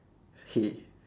hay